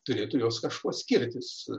turėtų jos kažkuo skirtis